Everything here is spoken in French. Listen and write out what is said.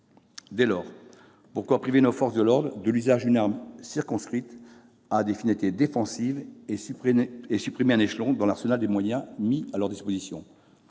Dès lors, pourquoi priver nos forces de l'ordre de l'usage d'une arme circonscrite à des finalités défensives et supprimer un échelon dans l'arsenal des moyens mis à leur disposition ?